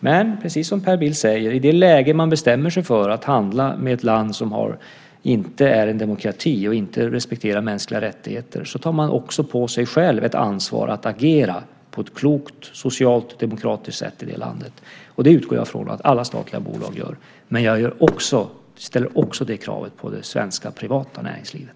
Men, precis som Per Bill säger, i det läge man bestämmer sig för att handla med ett land som inte är en demokrati och inte respekterar mänskliga rättigheter tar man själv på sig ett ansvar att agera på ett klokt socialt och demokratiskt sätt i det landet. Det utgår jag från att alla statliga bolag gör. Men jag ställer också det kravet på det svenska privata näringslivet.